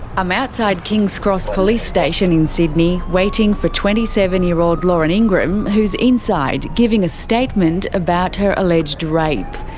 i'm outside kings cross police station in sydney waiting for twenty seven year old lauren ingram who's inside, giving a statement about her alleged rape.